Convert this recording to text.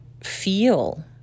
feel